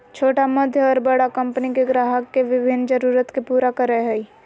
छोटा मध्य और बड़ा कंपनि के ग्राहक के विभिन्न जरूरत के पूरा करय हइ